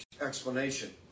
explanation